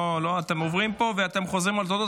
אתם עוברים פה, ואתם חוזרים על תודות.